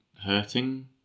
hurting